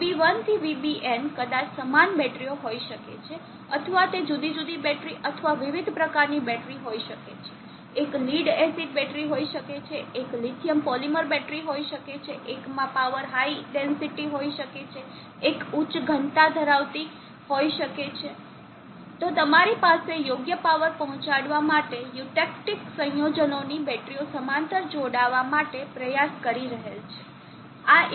VB1 થી VBn કદાચ સમાન બેટરીઓ હોઈ શકે છે અથવા તે જુદી જુદી બેટરી અથવા વિવિધ પ્રકારની બેટરી હોઈ શકે છે એક લીડ એસિડ બેટરી હોઈ શકે છે એક લિથિયમ પોલિમર બેટરી હોઈ શકે છે એકમાં પાવર હાઈ ડેન્સિટી હોઈ શકે છે એક ઉચ્ચ ઊર્જા ઘનતા ધરાવી શકે છે તો તમારી પાસે યોગ્ય પાવર પહોચાડવા માટે યુટેક્તિક સંયોજનોની બેટરીઓ સમાંતરમાં જોડાવા માટે પ્રયાસ કરી રહેલ છે